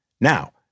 Now